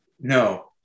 no